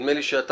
נדמה לי שאתה,